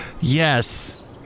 Yes